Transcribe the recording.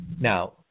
Now